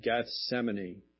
Gethsemane